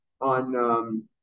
on